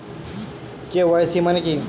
KYC মানে কী?